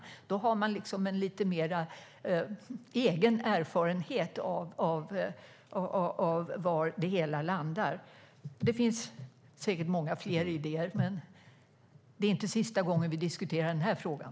Då får man liksom egen erfarenhet av var det hela landar. Det finns säkert många fler idéer, men det är inte sista gången vi diskuterar den här frågan.